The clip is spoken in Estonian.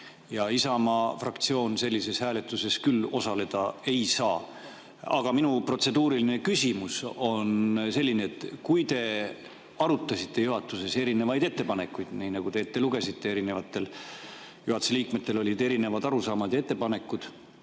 Isamaa fraktsioon sellises hääletuses küll osaleda ei saa. Aga minu protseduuriline küsimus on selle kohta. Te arutasite juhatuses erinevaid ettepanekuid – nagu te ette lugesite, olid juhatuse liikmetel erinevad arusaamad ja ettepanekud.